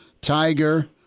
Tiger